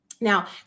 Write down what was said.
Now